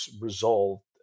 resolved